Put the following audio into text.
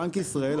בנק ישראל,